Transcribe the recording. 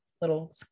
little